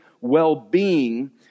well-being